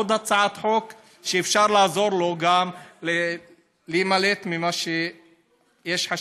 עוד הצעת חוק שאפשר לעזור לו להימלט ממה שיש חשד.